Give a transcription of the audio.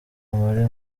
muri